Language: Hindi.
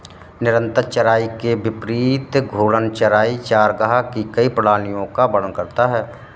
निरंतर चराई के विपरीत घूर्णन चराई चरागाह की कई प्रणालियों का वर्णन करता है